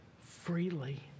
freely